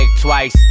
twice